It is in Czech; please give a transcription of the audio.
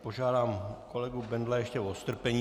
Požádám kolegu Bendla ještě o strpení.